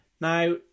Now